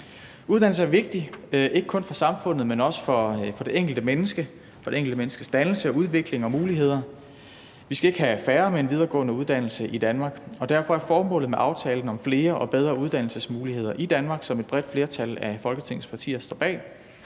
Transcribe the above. Uddannelse er vigtigt, ikke kun for samfundet, men også for det enkelte menneske, for det enkelte menneskes dannelse, udvikling og muligheder. Vi skal ikke have færre med en videregående uddannelse i Danmark, og derfor er formålet med aftalen om flere og bedre uddannelsesmuligheder i Danmark, som et bredt flertal af Folketingets partier står bag,